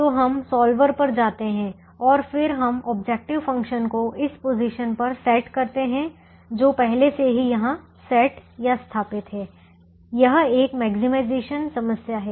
तो हम सॉल्वर पर जाते हैं और फिर हम ऑब्जेक्टिव फंक्शन को इस पोजीशन पर सेट करते हैं जो पहले से ही यहाँ सेट स्थापित है यह एक मैक्सिमाइजेशन समस्या है